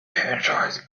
enjoyed